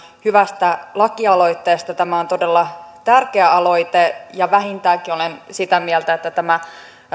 hyvästä lakialoitteesta tämä on todella tärkeä aloite ja vähintäänkin olen sitä mieltä että tämä